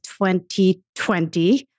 2020